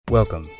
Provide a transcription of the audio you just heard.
Welcome